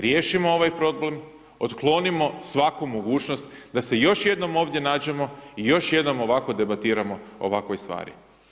Riješimo ovaj problem, otklonimo svaku mogućnost da se još jednom ovdje nađemo i još jednom ovako debatiramo o ovakvoj stvari.